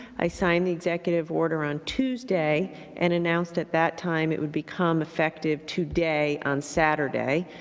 i signed the executive order on tuesday and announced at that time it would become effective today, on saturday.